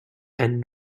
and